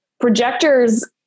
Projectors